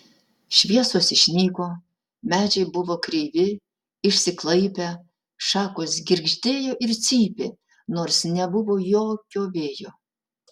šviesos išnyko medžiai buvo kreivi išsiklaipę šakos girgždėjo ir cypė nors nebuvo jokio vėjo